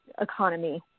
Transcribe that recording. economy